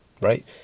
right